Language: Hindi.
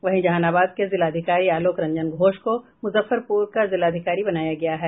वहीं जहानाबाद के जिलाधिकारी आलोक रंजन घोष को मुजफ्फरपुर का जिलाधिकारी बनाया गया है